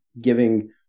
giving